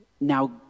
Now